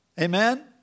Amen